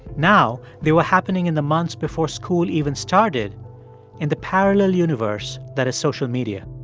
now they were happening in the months before school even started in the parallel universe that is social media.